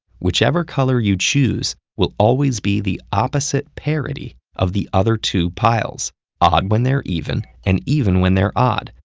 whichever color you choose will always be the opposite parity of the other two piles odd when they're even and even when they're odd,